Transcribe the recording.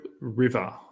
River